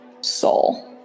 soul